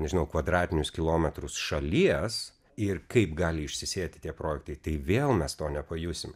nežinau kvadratinius kilometrus šalies ir kaip gali išsisėti tie projektai tai vėl mes to nepajusim